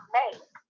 make